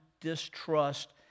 distrust